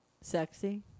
sexy